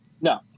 no